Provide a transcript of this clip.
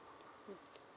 mm